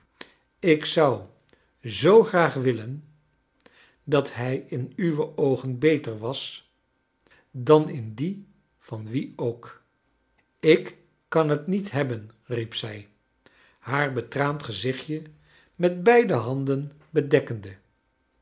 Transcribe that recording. ik zou zoo graag wiilen dat hrj in uwe oogen beter was dan in die van wie ook ik kan het niet hebben riep zij haar betraand gezi cht j e met beide handen bedekkende